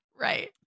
Right